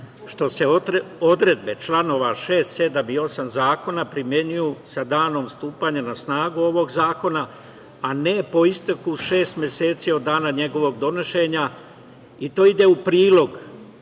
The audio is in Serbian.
što se odredbe članova 6, 7. i 8. Zakona primenjuju sa danom stupanja na snagu ovog Zakona, a ne po isteku šest meseci od dana njegovog donošenja i to ide u prilog